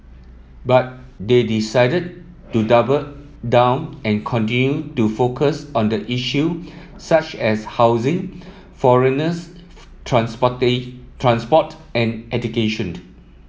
but they decided to double down and continue to focus on the issue such as housing foreigners transport and education